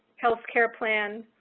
healthcare plans,